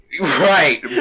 Right